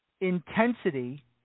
intensity